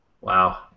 Wow